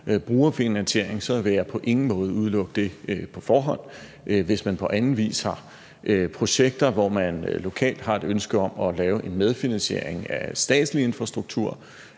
brugerfinansiering, vil jeg i hvert fald på ingen måde udelukke det på forhånd. Hvis man på anden vis har projekter, hvor man lokalt har et ønske om at lave en medfinansiering af statslig infrastruktur